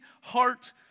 heart